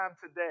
today